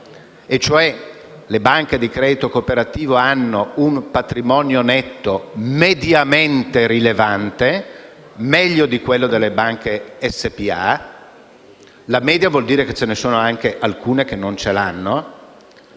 e cioè le banche di credito cooperativo hanno un patrimonio netto mediamente rilevante, meglio di quello delle banche SpA - la media vuol dire che alcune non ce l'hanno